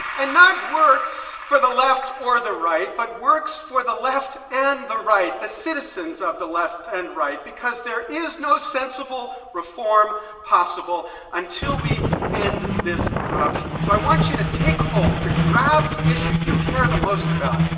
and not works for the left or the right, but works for the left and the right, the citizens of the left and right, because there is no sensible reform possible until we end this corruption. so i want you to take hold, to grab the issue you care the most about.